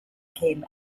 came